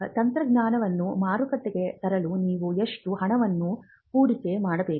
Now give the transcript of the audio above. ತಂತ್ರಜ್ಞಾನವನ್ನು ಮಾರುಕಟ್ಟೆಗೆ ತರಲು ನೀವು ಎಷ್ಟು ಹಣವನ್ನು ಹೂಡಿಕೆ ಮಾಡಬೇಕು